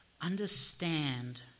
understand